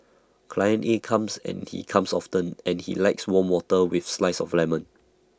client A comes and he comes often and he likes warm water with slice of lemon